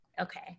Okay